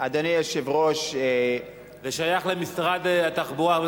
זה שייך למשרד התחבורה,